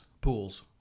pools